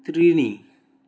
त्रीणि